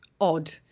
odd